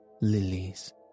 lilies